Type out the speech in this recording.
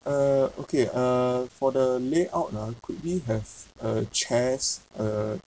uh okay uh for the layout ah could we have uh chairs uh